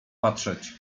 patrzeć